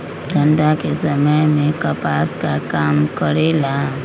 ठंडा के समय मे कपास का काम करेला?